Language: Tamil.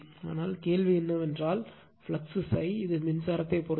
ஆனால் கேள்வி என்னவென்றால் ஃப்ளக்ஸ் ∅ இது மின்சாரத்தை ஐ பொறுத்தது